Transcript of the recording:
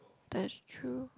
that's true